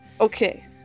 Okay